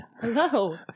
Hello